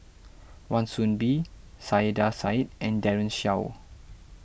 Wan Soon Bee Saiedah Said and Daren Shiau